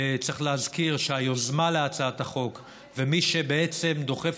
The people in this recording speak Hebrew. צריך להזכיר שהיוזמה להצעת החוק ומי שבעצם דוחף